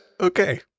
Okay